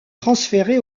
transféré